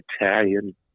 Italian